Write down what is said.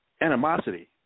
animosity